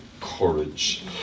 courage